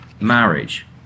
marriage